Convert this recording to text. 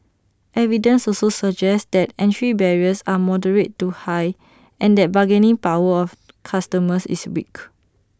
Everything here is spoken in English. evidence also suggests that entry barriers are moderate to high and that bargaining power of customers is weak